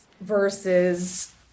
versus